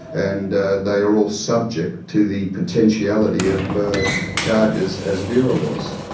and they are all subject to the potentiality of charges, as vera was.